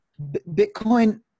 Bitcoin